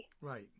Right